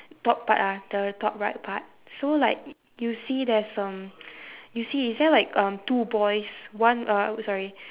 top part ah the top right part so like y~ you see there's um you see is there like um two boys one uh oh sorry